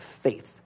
Faith